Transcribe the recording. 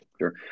Sure